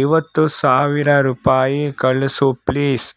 ಐವತ್ತು ಸಾವಿರ ರೂಪಾಯಿ ಕಳಿಸು ಪ್ಲೀಸ್